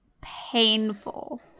painful